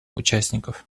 участников